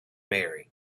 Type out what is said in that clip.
marry